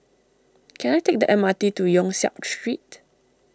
can I take the M R T to Yong Siak Street